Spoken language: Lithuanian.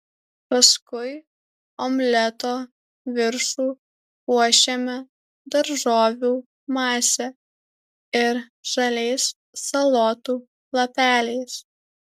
paskui omleto viršų puošiame daržovių mase ir žaliais salotų lapeliais